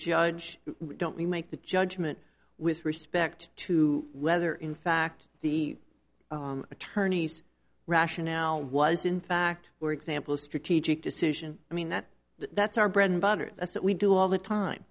judge don't we make the judgment with respect to whether in fact the attorneys rationale was in fact were example a strategic decision i mean that that's our bread and butter that's what we do all the time